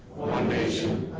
nation